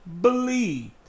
believed